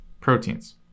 proteins